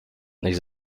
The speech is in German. nicht